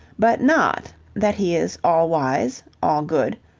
but not that he is all-wise, all-good,